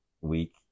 week